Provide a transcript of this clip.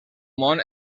món